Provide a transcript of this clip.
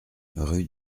rue